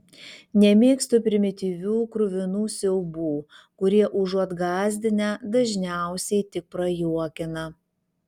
nemėgstu primityvių kruvinų siaubų kurie užuot gąsdinę dažniausiai tik prajuokina